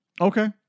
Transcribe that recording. okay